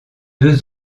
deux